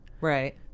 Right